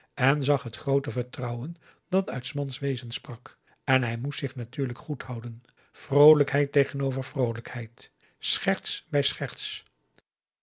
en zag het groote vertrouwen dat uit s mans wezen sprak en hij moest zich natuurlijk goed houden vroolijkheid tegenover vroolijkheid scherts bij